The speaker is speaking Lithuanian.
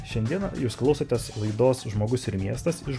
šiandien jūs klausotės laidos žmogus ir miestas iš